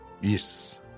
Yes